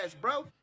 bro